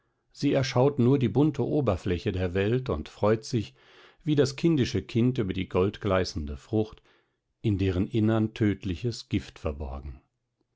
sie erschaut nur die bunte oberfläche der welt und freut sich wie das kindische kind über die goldgleißende frucht in deren innern tödliches gift verborgen